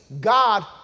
God